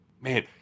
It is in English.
Man